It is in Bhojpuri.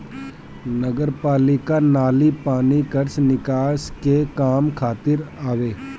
नगरपालिका नाली पानी कअ निकास के काम करत हवे